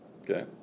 Okay